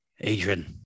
Adrian